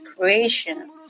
creation